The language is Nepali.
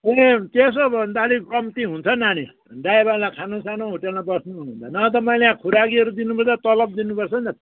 ए त्यसो हो भन्त अलिक कम्ती हुन्छ नानी ड्राइभरलाई खानुसानु होटेलमा बस्नु हो भने त नभए त मैले खुराकीहरू दिनुपर्छ तलब दिनुपर्छ नि त